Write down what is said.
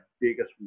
biggest